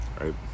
right